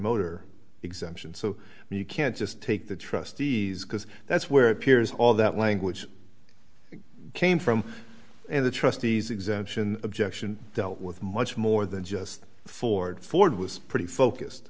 motor exemption so you can't just take the trustees because that's where appears all that language came from and the trustees exemption objection dealt with much more than just ford ford was pretty focused